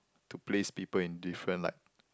to place people in different like